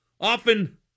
often